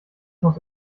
muss